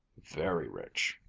very rich.